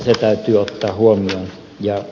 se täytyy ottaa huomioon